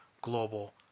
global